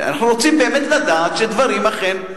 אנחנו רוצים באמת לדעת שדברים אכן,